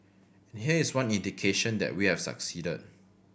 here is one indication that we have succeeded